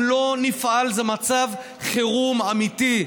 אם לא נפעל, זה מצב חירום אמיתי.